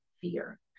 fear